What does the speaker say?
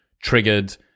triggered